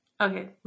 Okay